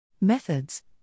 Methods